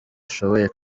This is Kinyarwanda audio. ashoboye